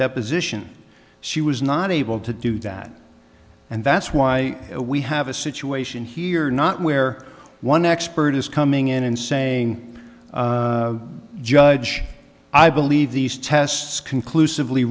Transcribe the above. deposition she was not able to do that and that's why we have a situation here not where one expert is coming in and saying judge i believe these tests conclusively